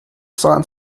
sun